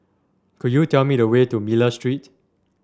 could you tell me the way to Miller Street